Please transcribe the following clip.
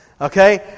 Okay